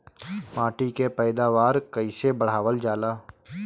माटी के पैदावार कईसे बढ़ावल जाला?